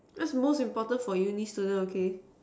that's most important for uni student okay